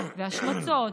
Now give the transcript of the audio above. והשמצות,